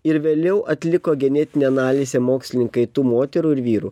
ir vėliau atliko genetinę analizę mokslininkai tų moterų ir vyrų